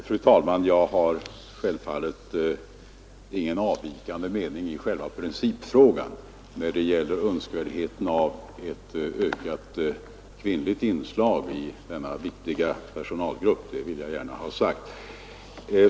Fru talman! Jag har självfallet ingen avvikande mening i själva principfrågan när det gäller önskvärdheten av ett ökat kvinnligt inslag i denna viktiga personalgrupp. Det vill jag gärna ha sagt.